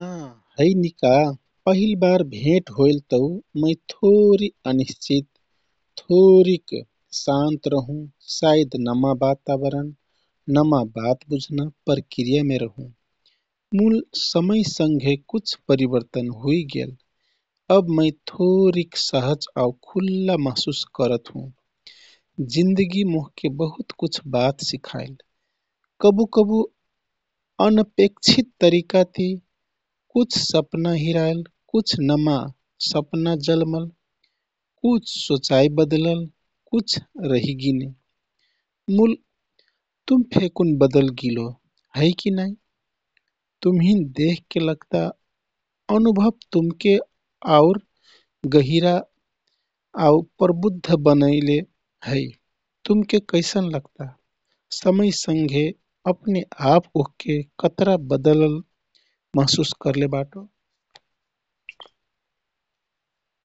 हाँ, है निका? पहिल बार भेट होइल तौ मै थोरि अनिश्चित, थोरिक शान्त रहुँ, सायद नमा वातावरण बुझ्ना प्रक्रियामे रहुँ। मूल सँघे कुछ परिवर्तन हुइगेल। अब मै थोरिक सहज आउ खुल्ला महसुस करत हुँ। जीन्दगी मोहके बहुत कुछ बात सिखाइल। कबु कबु अनअपेक्षित तरिकाती कुछ सपाना हिराइल कुछ नमा सपना जल्मल। कुछ सोचाइ बदलल, कुछ रहिगिने। मूल तुम फेकुन बदलगिलो है कि नाइ? तुमहिन देखके लगता अनुभव तुमके आउर गहिरा आउ प्रबुद्ध बनैले है। तुमके कैसन लगता? समयसँघे अपने आप ओहके करता बदलल महसुस करले बाटो?